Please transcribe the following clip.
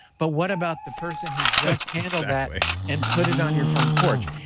but what about the person who just handled that and put it on your front porch.